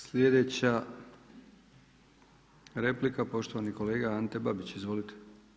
Sljedeća replika poštovani kolega Ante Babić, izvolite.